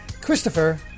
Christopher